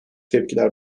tepkiler